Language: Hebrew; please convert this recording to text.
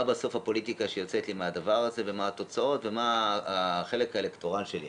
בסוף הפוליטיקה שיוצאת לי מהדבר הזה ומה חלק האלקטורל שלי,